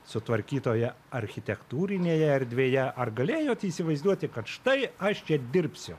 sutvarkytoje architektūrinėje erdvėje ar galėjot įsivaizduoti kad štai aš čia dirbsiu